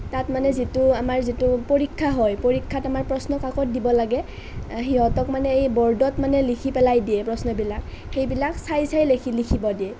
তাত মানে যিটো আমাৰ যিটো পৰীক্ষা হয় পৰীক্ষাত আমাৰ প্ৰশ্ন কাকত দিব লাগে সিহঁতক মানে এই বৰ্ডত মানে লিখি পেলাই দিয়ে প্ৰশ্নবিলাক সেইবিলাক চাই চাই লিখিব দিয়ে